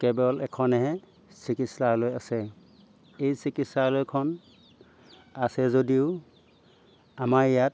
কেৱল এখনেহে চিকিৎসালয় আছে এই চিকিৎসালয়খন আছে যদিও আমাৰ ইয়াত